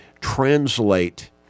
translate